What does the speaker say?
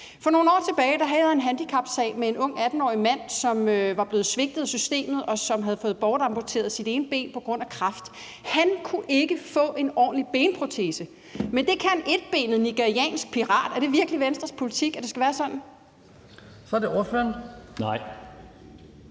For nogle år tilbage var der en handicapsag med en ung, 18-årig mand, som var blevet svigtet af systemet, og som havde fået bortamputeret sit ene ben på grund af kræft. Han kunne ikke få en ordentlig benprotese, men det kan en etbenet nigeriansk parat. Er det virkelig Venstres politik, at det skal være sådan? Kl. 09:56 Den fg.